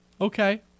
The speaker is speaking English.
Okay